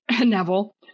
Neville